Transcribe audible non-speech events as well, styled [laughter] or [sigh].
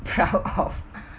proud of [noise]